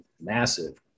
massive